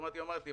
היא אומרת,